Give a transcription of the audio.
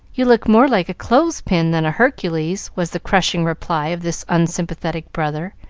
you look more like a clothes-pin than a hercules, was the crushing reply of this unsympathetic brother,